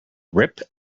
rip